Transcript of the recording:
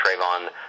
Trayvon